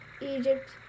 Egypt